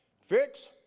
fix